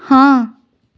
ਹਾਂ